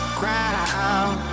ground